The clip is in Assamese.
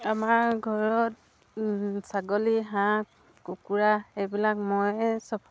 আমাৰ ঘৰত ছাগলী হাঁহ কুকুৰা এইবিলাক মই সব